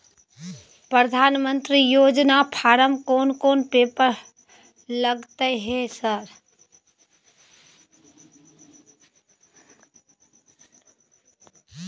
प्रधानमंत्री योजना फारम कोन कोन पेपर लगतै है सर?